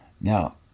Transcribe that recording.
Now